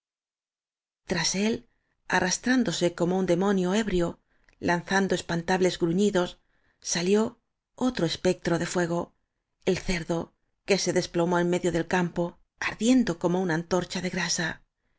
tras él arrastrándose como un demonio ebrio lanzando espantables gruñidos salió otro espectro de fuego el cerdo que se des plomó en medio del campo ardiendo como una antorcha de grasa